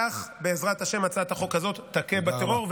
כך, בעזרת השם, הצעת החוק הזאת תכה בטרור.